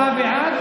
אתה בעד?